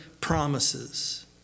promises